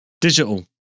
digital